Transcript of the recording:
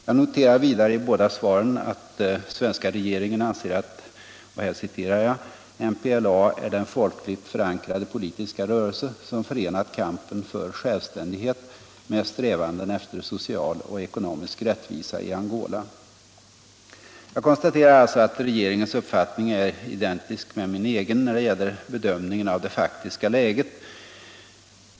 Jag noterar vidare i båda svaren att svenska regeringen anser att — jag citerar här lydelsen i utrikesministerns svar —- ”MPLA är den folkligt förankrade politiska rörelse som förenat kampen för självständighet med strävanden efter social och ekonomisk rättvisa i Angola”. Jag konstaterar alltså att regeringens uppfattning är identisk med min egen när det gäller bedömningen av det faktiska läget.